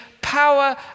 power